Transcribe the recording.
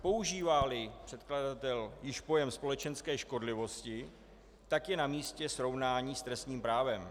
Používáli předkladatel již pojem společenské škodlivosti, tak je namístě srovnání s trestním právem.